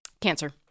Cancer